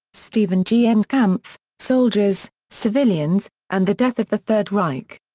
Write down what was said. stephen g. endkampf soldiers, civilians, and the death of the third reich.